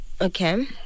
okay